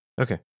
Okay